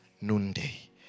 noonday